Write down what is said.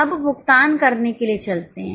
अब भुगतान करने के लिए चलते हैं